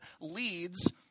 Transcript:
leads